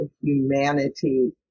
humanity